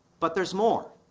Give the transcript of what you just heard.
but there's more